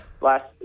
last